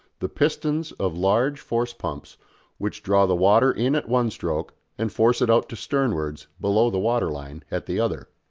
the pistons of large force-pumps which draw the water in at one stroke and force it out to sternwards, below the water line, at the other.